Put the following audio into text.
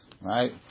Right